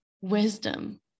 wisdom